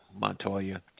Montoya